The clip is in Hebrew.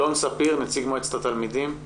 אלון ספיר, נציג מועצת התלמידים.